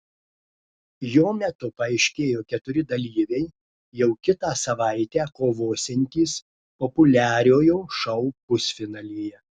jo metu paaiškėjo keturi dalyviai jau kitą savaitę kovosiantys populiariojo šou pusfinalyje